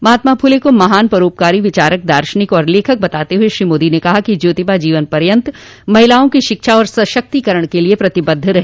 महात्मा फुले को महान परोपकारी विचारक दार्शनिक और लेखक बताते हुए श्री मोदी ने कहा कि ज्योतिबा जीवन पर्यन्त महिलाओं की शिक्षा और सशक्तिकरण के लिए प्रतिबद्ध रहे